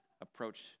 approach